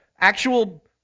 actual